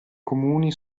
comuni